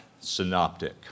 synoptic